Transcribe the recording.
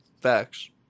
Facts